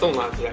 so love yeah